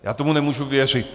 Já tomu nemůžu věřit.